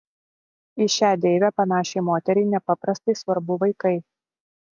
į šią deivę panašiai moteriai nepaprastai svarbu vaikai